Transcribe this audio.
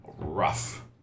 rough